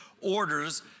orders